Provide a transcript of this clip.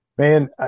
Man